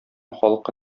халкы